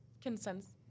consensus